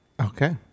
Okay